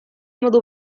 modu